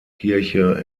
kirche